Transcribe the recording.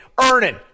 earning